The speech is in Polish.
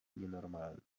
nienormalne